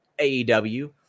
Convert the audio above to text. aew